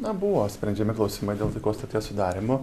na buvo sprendžiami klausimai dėl taikos sutarties sudarymo